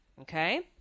okay